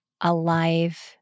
alive